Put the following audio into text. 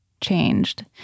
changed